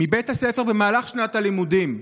מבית הספר במהלך שנת הלימודים,